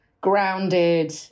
grounded